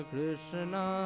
Krishna